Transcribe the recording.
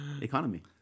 economy